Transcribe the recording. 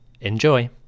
Enjoy